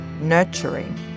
nurturing